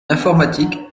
informatique